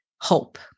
hope